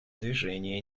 движения